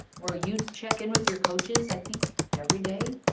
where you check in with your coaches i think, every day.